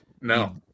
No